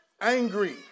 angry